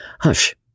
Hush